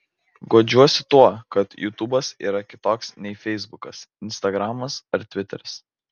guodžiuosi tuo kad jutubas yra kitoks nei feisbukas instagramas ar tviteris